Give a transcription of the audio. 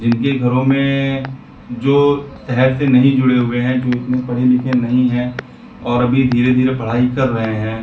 जिनके घरों में जो शहर से नहीं जुड़े हुए हैं जो इतने पढ़े लिखे नहीं हैं और अभी धीरे धीरे पढ़ाई कर रहे हैं